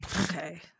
Okay